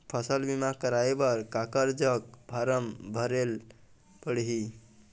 फसल बीमा कराए बर काकर जग फारम भरेले पड़ही?